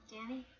Danny